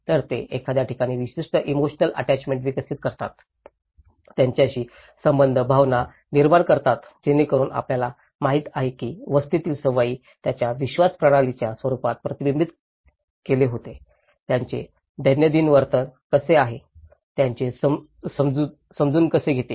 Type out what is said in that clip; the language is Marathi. तर ते एखाद्या ठिकाणी विशिष्ट इमोशनल आट्याचमेंट विकसित करतात त्यांच्याशी संबंधित भावना निर्माण करतात जेणेकरुन आपल्याला माहिती आहे की वस्तीतील सवयी त्यांच्या विश्वास प्रणालीच्या रूपात प्रतिबिंबित कशी होते त्यांचे दैनंदिन वर्तन कसे आहे त्यांचे समजून कसे येते